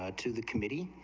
ah to the committee,